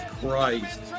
Christ